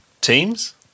teams